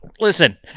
Listen